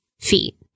feet